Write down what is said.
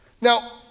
Now